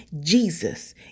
Jesus